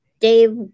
Dave